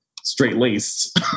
straight-laced